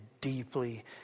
deeply